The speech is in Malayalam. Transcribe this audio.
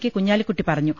കെ കുഞ്ഞാലിക്കുട്ടി പറഞ്ഞു